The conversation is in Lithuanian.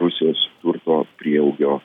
rusijos turto prieaugio